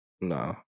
No